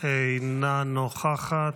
אינה נוכחת,